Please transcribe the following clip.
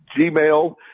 Gmail